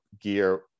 gear